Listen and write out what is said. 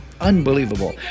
Unbelievable